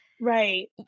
Right